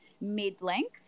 mid-length